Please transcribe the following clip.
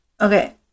Okay